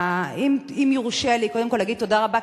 אם יורשה לי קודם כול להגיד תודה רבה,